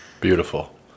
Beautiful